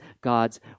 God's